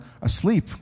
asleep